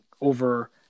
over